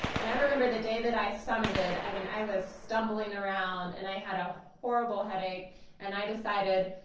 and i remember the day that i summited, i mean, i was stumbling around and i had a horrible headache and i decided,